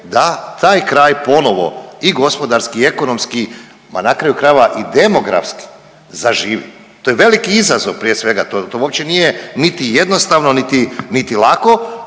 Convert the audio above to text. da taj kraj ponovo i gospodarski i ekonomski, pa na kraju krajeva i demografski zaživi. To je veliki izazov prije svega, to uopće nije niti jednostavno, niti lako,